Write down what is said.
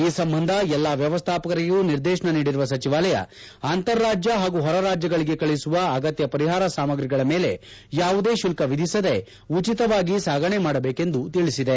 ಈ ಸಂಬಂಧ ಎಲ್ಲಾ ವ್ಯವಸ್ಥಾಪಕರಿಗೂ ನಿರ್ದೇಶನ ನೀಡಿರುವ ಸಚಿವಾಲಯ ಅಂತಾರಾಜ್ಯ ಹಾಗೂ ಹೊರರಾಜ್ಜಗಳಿಗೆ ಕಳುಹಿಸುವ ಅಗತ್ಯ ಪರಿಹಾರ ಸಾಮಗ್ರಿಗಳ ಮೇಲೆ ಯಾವುದೇ ಶುಲ್ತ ವಿಧಿಸದೇ ಉಚಿತವಾಗಿ ಸಾಗಣೆ ಮಾಡಬೇಕೆಂದು ತಿಳಿಸಿದೆ